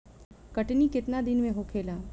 कटनी केतना दिन में होखेला?